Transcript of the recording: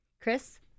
Chris